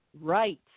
right